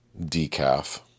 Decaf